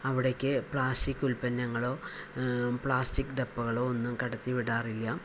അവിടേക്ക് പ്ലാസ്റ്റിക് ഉൽപ്പന്നങ്ങളോ പ്ലാസ്റ്റിക് ഡപ്പകളോ ഒന്നും കടത്തി വിടാറില്ല